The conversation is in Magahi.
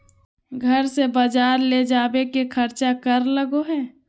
घर से बजार ले जावे के खर्चा कर लगो है?